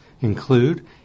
include